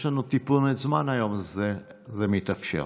יש לנו טיפונת זמן היום, אז זה מתאפשר.